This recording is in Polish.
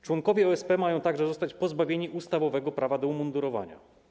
Członkowie OSP mają także zostać pozbawieni ustawowego prawa do umundurowania.